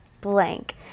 blank